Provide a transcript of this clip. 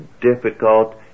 difficult